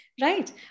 right